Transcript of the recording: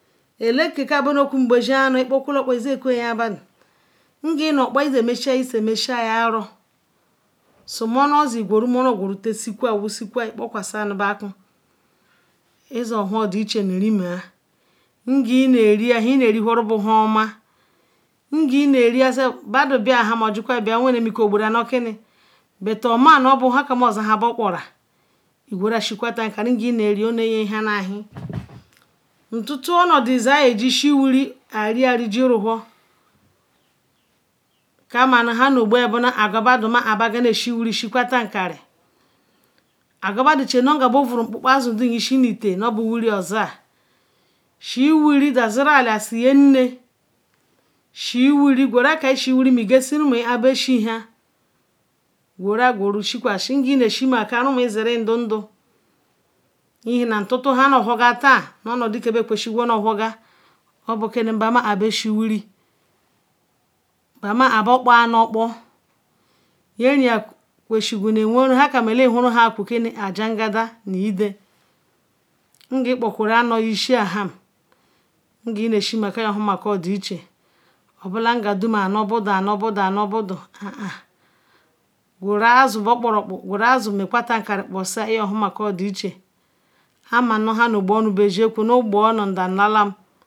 azun zinurimi han debado zonu zunu zuli rumu badouzonu tahanhan han kwezigu kwezil han han na ka bro bonu ela ke zunurishi begudan han dun onu eli oboro nu gam mini kbaru nu ba zunu ichien nu ichen bovol wiri nu vozonuba nu akpa garri nu vozinuba onumana lala besinu ahan han ngan yin wenyalam ke ovozen mgan yinwen hakoro onazen ishi aker ihurun nu ota badon zinu nkoko ozen ahia ogudama nhan dom buzo han bovozen kunu nde kbaru eso mini chiri kbaroso nuoro katan iyarigela roworsika guzon badon ham ke anu royo alarishi be gudonnhan eli iwechineke yadon quasi ba nu rumu owa nu won won rike osima yanu eriwiri okwesiri ori bogu rohan dom guden ma yin bu zuya kpa rumuba yinbula gumekwelen rumu ba nu oro okuku ihen nu shigaru rike nda nhan ovosununu ngan ntintu badon belan oyin rumuba ekwumisi ayinren